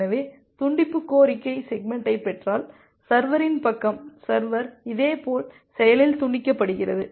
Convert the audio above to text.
எனவே துண்டிப்பு கோரிக்கை செக்மெண்டைப் பெற்றால் சர்வரின் பக்கம் சர்வர் இதேபோல் செயலில் துண்டிக்கப்படுகிறது